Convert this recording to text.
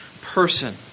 person